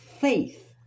faith